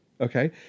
okay